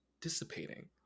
dissipating